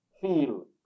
feel